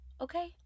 okay